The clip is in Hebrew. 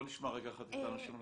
נשמע את האנשים הנוספים.